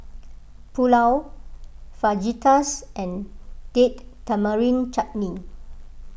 Pulao Fajitas and Date Tamarind Chutney